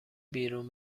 بیرون